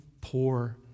poor